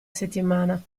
settimana